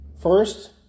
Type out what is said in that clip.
First